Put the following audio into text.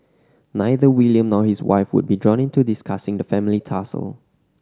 neither William nor his wife would be drawn into discussing the family tussle